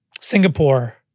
Singapore